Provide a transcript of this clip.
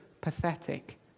pathetic